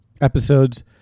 episodes